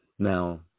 Now